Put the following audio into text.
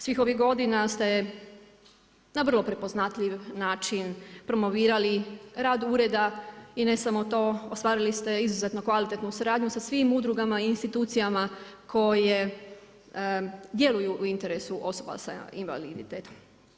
Svih ovih godina ste na vrlo prepoznatljiv način promovirali i rad ureda i ne samo to, ostvarili ste izuzetno kvalitetnu suradnju sa svim udrugama i institucijama koje djeluju u interesu osoba sa invaliditetom.